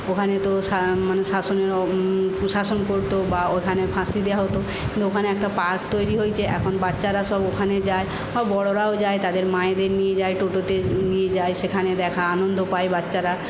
ওখানে তো মানে শাসনের প্রশাসন করতো বা ওখানে ফাঁসি দেওয়া হত কিন্তু ওখানে একটা পার্ক তৈরি হয়েছে এখন বাচ্চারা সব ওখানে যায় বড়োরাও যায় তাদের মায়েদের নিয়ে যায় টোটোতে নিয়ে যায় সেখানে দেখা আনন্দ পায় বাচ্চারা